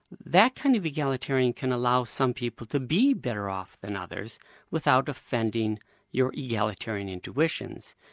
that kind of egalitarian can allow some people to be better off than others without offending your egalitarian intuitions.